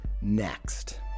next